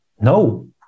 no